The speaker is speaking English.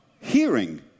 hearing